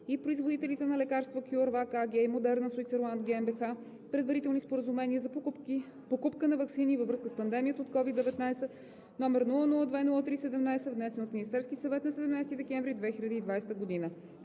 и производителите на лекарства CUREVAC AG и Moderna Switzerland GmbH предварителни споразумения за покупка на ваксини във връзка с пандемията от COVID-19, № 002-03-17, внесен от Министерския съвет на 17 декември 2020 г.